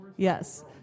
Yes